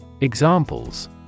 Examples